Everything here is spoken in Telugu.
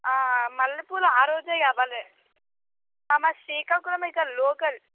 మల్లెపూలు ఆరోజే కావాలి మాది శ్రీకాకుళమే ఇక్కడ లోకల్